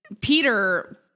Peter